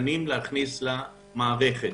תקנים למערכת.